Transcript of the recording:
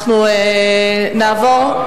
לא, לא.